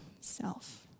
self